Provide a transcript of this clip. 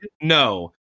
no